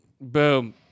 Boom